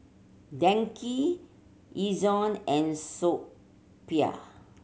DNKY Ezion and So Pho